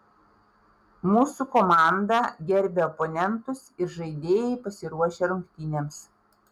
mūsų komanda gerbia oponentus ir žaidėjai pasiruošę rungtynėms